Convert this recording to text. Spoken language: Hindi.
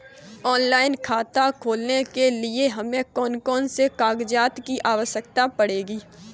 ऑनलाइन खाता खोलने के लिए हमें कौन कौन से कागजात की आवश्यकता पड़ेगी?